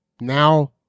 Now